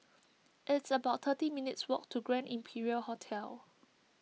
it's about thirty minutes' walk to Grand Imperial Hotel